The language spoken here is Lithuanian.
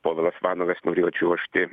povilas vanagas norėjo čiuožti